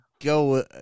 go